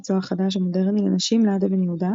סוהר חדש ומודרני לנשים ליד אבן יהודה,